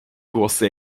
głosy